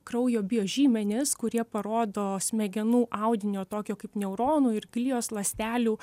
kraujo biožymenis kurie parodo smegenų audinio tokio kaip neuronų ir glijos ląstelių